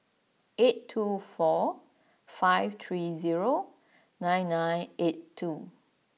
eight two four five three zero nine nine eight two